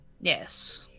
yes